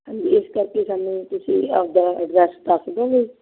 ਹਾਂਜੀ ਇਸ ਕਰਕੇ ਸਾਨੂੰ ਤੁਸੀਂ ਆਪਦਾ ਐਡਰੈਸ ਦੱਸ ਦਉਗੇ